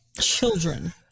children